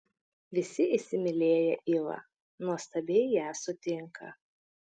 visi įsimylėję ivą nuostabiai ją sutinka